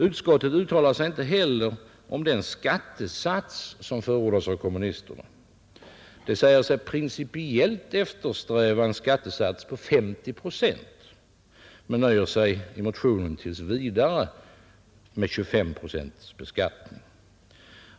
Utskottet uttalar sig inte heller alls om den skattesats som förordas av kommunisterna. De säger sig principiellt eftersträva en skattesats på 50 procent men nöjer sig i motionen tills vidare med 25 procents beskattning.